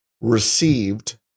received